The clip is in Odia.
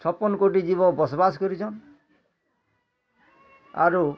ଛପନ୍ କୋଟି ଜୀବ ବସ ବାସ କରିଛନ୍ ଆରୁ